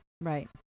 Right